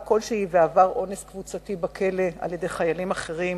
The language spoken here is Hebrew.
כלשהי ועבר אונס קבוצתי בכלא על-ידי חיילים אחרים.